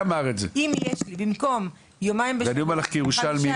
אם יש לי במקום יומיים בשבוע -- ואני אומר לך כירושלמי,